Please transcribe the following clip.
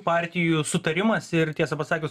partijų sutarimas ir tiesą pasakius